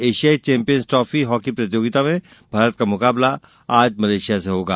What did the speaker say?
एशियाई champions trophy hockey प्रतियोगिता में भारत का मुकाबला आज मलेशिया से होगा